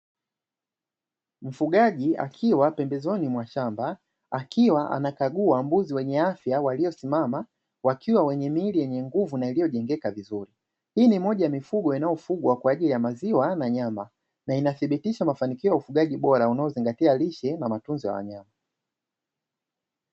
Mfugaji akiwa pembezoni mwa shamba akiwa anakagua mbuzi wenye afya waliosimama wakiwa wenye miili yenye nguvu na iliyojengeka vizuri. Hii ni moja ya mifugo inayofugwa kwa ajili ya maziwa na nyama na inathibitisha mafanikio ya ufugaji bora unaozingatia lishe na matunzo ya wanyama.